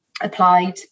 applied